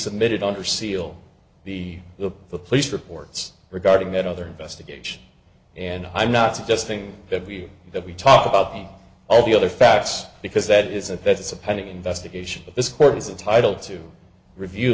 admitted under seal the will the police reports regarding that other investigation and i'm not suggesting that we that we talk about all the other facts because that is a that's a pending investigation that this court is entitle to review